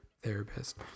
therapist